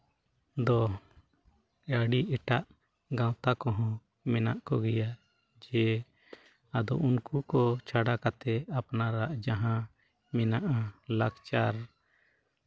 ᱫᱚ ᱟᱹᱰᱤ ᱮᱴᱟᱜ ᱜᱟᱶᱛᱟ ᱠᱚᱦᱚᱸ ᱢᱮᱱᱟᱜ ᱠᱚᱜᱮᱭᱟ ᱡᱮ ᱟᱫᱚ ᱩᱱᱠᱩ ᱠᱚ ᱪᱷᱟᱰᱟ ᱠᱟᱛᱮᱫ ᱟᱯᱱᱟᱨᱟᱜ ᱡᱟᱦᱟᱸ ᱢᱮᱱᱟᱜᱼᱟ ᱞᱟᱠᱪᱟᱨ